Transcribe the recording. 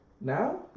Now